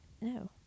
no